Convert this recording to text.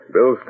Bill